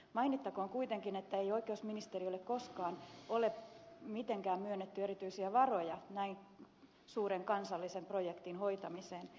mainittakoon kuitenkin että ei oikeusministeriölle koskaan ole myönnetty mitään erityisiä varoja näin suuren kansallisen projektin hoitamiseen